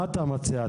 מה אתה מציע?